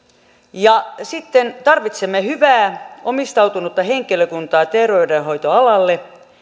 ja tarvitsemme hyvää omistautunutta henkilökuntaa ter veydenhoitoalalle